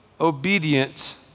obedient